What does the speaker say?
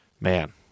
man